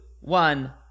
One